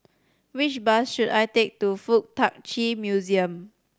which bus should I take to Fuk Tak Chi Museum